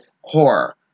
horror